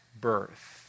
birth